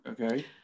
Okay